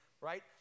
right